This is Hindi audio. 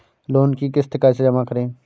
लोन की किश्त कैसे जमा करें?